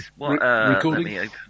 Recording